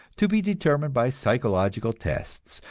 to be determined by psychological tests,